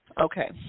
Okay